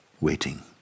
waiting